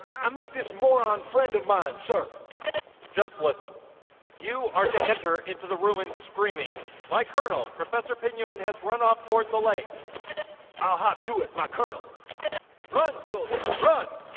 i met this moron friend of mine sir just listen you are to enter into the ruins screaming my colonel professor pinion has run off toward the lake i'll hop to it my colonel run soldier run